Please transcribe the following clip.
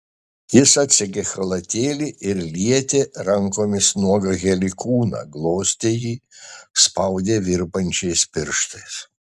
jis atsegė chalatėlį ir lietė rankomis nuogą heli kūną glostė jį spaudė virpančiais pirštais